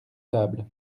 table